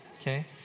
Okay